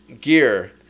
gear